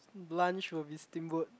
lunch will be steamboat